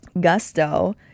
gusto